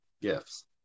gifts